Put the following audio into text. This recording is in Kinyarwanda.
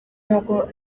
nk’uko